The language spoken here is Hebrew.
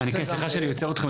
סליחה שאני עוצר אתכם.